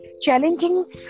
challenging